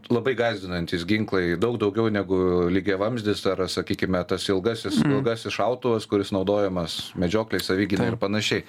labai gąsdinantys ginklai daug daugiau negu lygiavamzdis ar sakykime tas ilgasis ilgasis šautuvas kuris naudojamas medžioklei savigynai ir panašiai